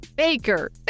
Baker